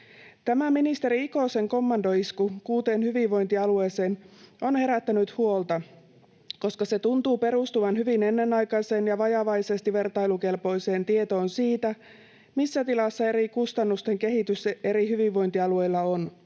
ministeri Ikosen kommandoisku kuuteen hyvinvointialueeseen on herättänyt huolta, koska se tuntuu perustuvan hyvin ennenaikaiseen ja vajavaisesti vertailukelpoiseen tietoon siitä, missä tilassa kustannusten kehitys eri hyvinvointialueilla on.